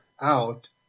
out